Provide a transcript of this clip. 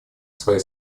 свои